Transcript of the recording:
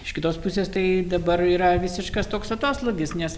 iš kitos pusės tai dabar yra visiškas toks atoslūgis nes